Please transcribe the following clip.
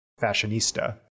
Fashionista